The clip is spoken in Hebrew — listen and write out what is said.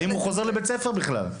האם הוא חוזר לבית ספר בכלל?